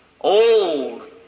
old